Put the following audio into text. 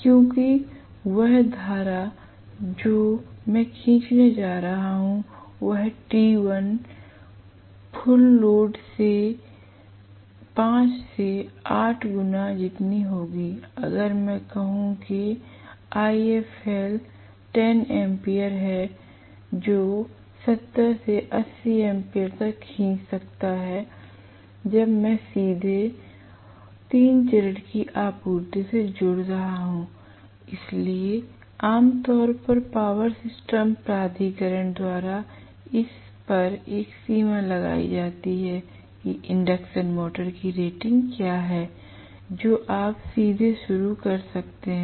क्योंकि वह धारा जो मैं खींचने जा रहा हूं वह TI फुल लोड के 5 से 8 गुना जितनी होगी अगर मैं कहूं कि IFL 10 एम्पीयर है जो 70 से 80 एम्पीयर तक खींच सकता है जब मैं सीधे 3चरण की आपूर्ति से जुड़ रहा हूं इसलिए आम तौर पर पावर सिस्टम प्राधिकरण द्वारा इस पर एक सीमा लगाई जाती है कि इंडक्शन मोटर की रेटिंग क्या है जो आप सीधे शुरू कर सकते हैं